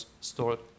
stored